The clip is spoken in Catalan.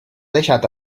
deixat